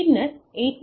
பின்னர் 802